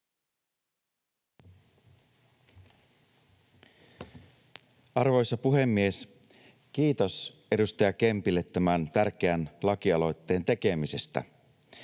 Arvoisa puhemies! Kiitos edustaja Kempille tämän tärkeän lakialoitteen tekemisestä.